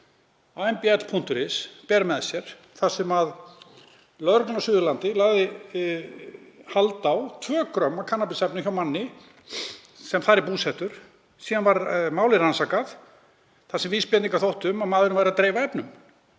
á mbl.is ber með sér, þar sem lögreglan á Suðurlandi lagði hald á tvö grömm af kannabisefnum hjá manni sem þar er búsettur. Síðan var málið rannsakað þar sem vísbendingar þóttu um að maðurinn væri að dreifa efnum.